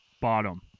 bottom